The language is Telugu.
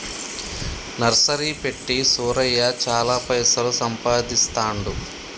నర్సరీ పెట్టి సూరయ్య చాల పైసలు సంపాదిస్తాండు